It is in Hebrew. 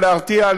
שנועדה להרתיע,